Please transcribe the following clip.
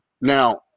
Now